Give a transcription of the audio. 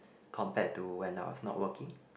compare to when I was not working